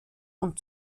und